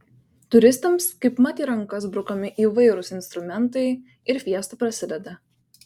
turistams kaipmat į rankas brukami įvairūs instrumentai ir fiesta prasideda